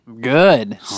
Good